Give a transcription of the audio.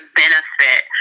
benefit